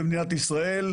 במדינת ישראל,